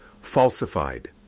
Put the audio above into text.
falsified